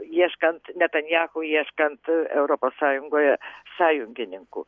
ieškant netanyahu ieškant europos sąjungoje sąjungininkų